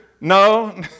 no